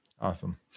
Awesome